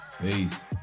Peace